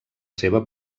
seva